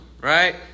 right